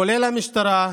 כולל המשטרה,